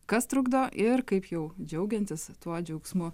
kas trukdo ir kaip jau džiaugiantis tuo džiaugsmu